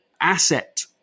asset